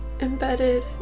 Embedded